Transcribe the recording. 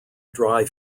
dry